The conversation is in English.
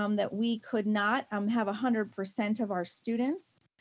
um that we could not um have a hundred percent of our students.